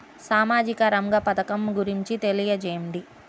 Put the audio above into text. సామాజిక రంగ పథకం గురించి తెలియచేయండి?